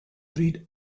read